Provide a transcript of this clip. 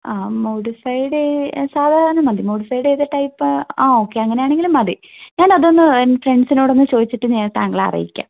ആഹ് modified സാധാരണ മതി modified ചെയ്ത ടൈപ്പ് ആഹ് ഓക്കേ അങ്ങനെയാണെങ്കിലും മതി ഞാൻ അതൊന്ന് എൻ്റെ ഫ്രണ്ട്സിനോടൊന്ന് ചോദിച്ചിട്ട് ഞാൻ താങ്കളെ അറിയിക്കാം